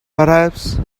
perhaps